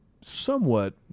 somewhat